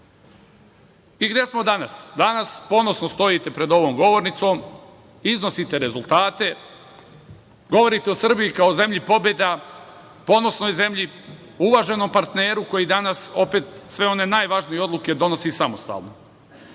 timu. Gde smo danas? Danas ponosno stojite pred ovom govornicom, iznosite rezultate, govorite o Srbiji kao zemlji pobeda, ponosnoj zemlji, uvaženom partneru koji danas opet sve one najvažnije odluke donosi samostalno.